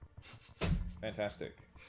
fantastic